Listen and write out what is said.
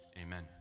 Amen